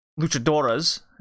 Luchadoras